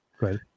Right